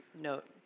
note